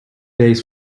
days